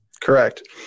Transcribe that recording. Correct